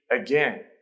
again